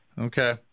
Okay